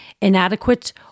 inadequate